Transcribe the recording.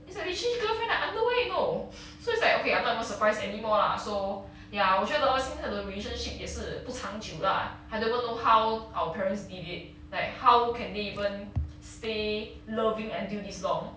it's like they change girlfriend like underwear you know so it's like okay I'm not even surprised anymore lah so ya 我觉得现在的 relationship 也是不长久 lah I don't even know how our parents did it like how can they even stay loving until this long